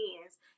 hands